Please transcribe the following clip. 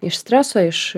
iš streso iš